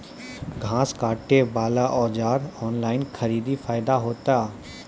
घास काटे बला औजार ऑनलाइन खरीदी फायदा होता?